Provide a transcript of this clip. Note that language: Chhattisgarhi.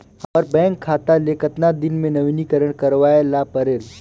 हमर बैंक खाता ले कतना दिन मे नवीनीकरण करवाय ला परेल?